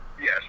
Yes